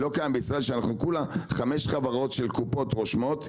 הפריט לא קם מאחורה כשאנחנו כחמש חברות של קופות רושמות בארץ,